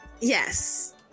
Yes